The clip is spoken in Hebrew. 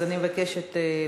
אז אני מבקשת להצביע.